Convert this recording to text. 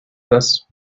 this